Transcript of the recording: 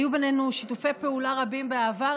היו בינינו שיתופי פעולה רבים בעבר,